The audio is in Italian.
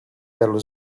dello